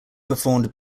performed